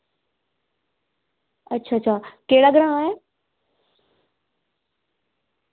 अच्छा अच्छा केह्ड़ा ग्रां ऐ